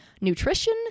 Nutrition